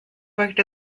worked